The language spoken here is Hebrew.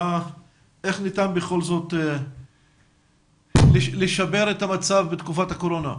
איך ניתן בכל זאת לשמר את המצב בתקופת הקורונה?